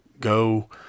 go